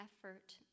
effort